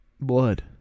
blood